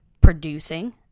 producing